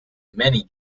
many